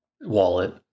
wallet